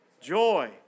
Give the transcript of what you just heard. Joy